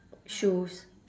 shoes